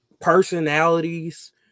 personalities